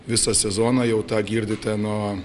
visą sezoną jau tą girdite nuo